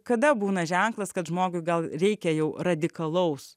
kada būna ženklas kad žmogui gal reikia jau radikalaus